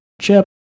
chip